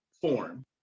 form